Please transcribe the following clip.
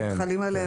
כן.